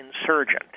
insurgent